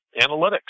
analytics